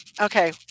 Okay